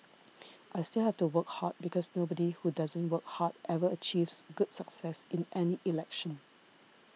I still have to work hard because nobody who doesn't work hard ever achieves good success in any election